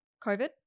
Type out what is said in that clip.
COVID